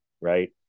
right